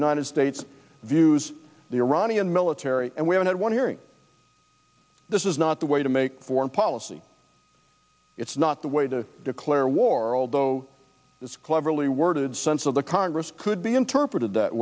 united states views the iranian military and we have had one hearing this is not the way to make foreign policy it's not the way to declare war although cleverly worded sense of the congress could be interpreted that